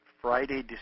Friday